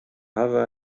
hawwe